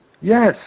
yes